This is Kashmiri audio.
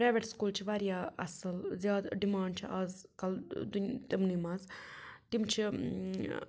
پرٛایویٹ سکوٗل چھِ واریاہ اَصٕل زیادٕ ڈِمانٛڈ چھِ اَزکل تِمنٕے منٛز تِم چھِ